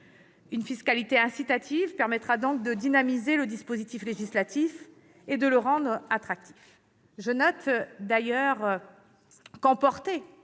une fiscalité incitative permettra de dynamiser le dispositif législatif et de le rendre attractif. Je note d'ailleurs que, emportés